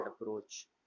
approach